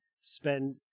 spend